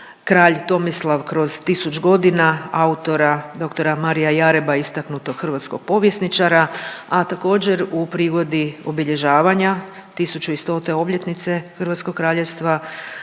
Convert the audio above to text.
„Kralj Tomislav kroz tisuć godina“ autora dr. Marija Jareba istaknutog hrvatskog povjesničara. A također u prigodi obilježavanja 1100 obljetnice hrvatskog kraljevstva